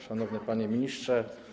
Szanowny Panie Ministrze!